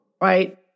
right